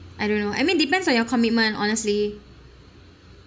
I don't know I mean depends on your commitment honestly